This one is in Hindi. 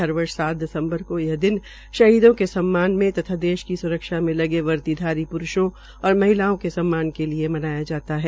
हर वर्ष सात दिसम्बर को यह दिन शहीदों के सम्मान मे तथा देश की स्रक्षा मे लगे वर्दीधारी प्रूषों और महिला के सम्मान के लिए मनाया जाता है